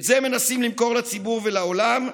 את זה מנסים למכור לציבור ולעולם,